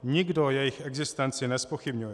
Nikdo jejich existenci nezpochybňuje.